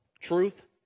Truth